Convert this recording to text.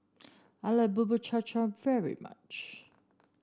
I like Bubur Cha Cha very much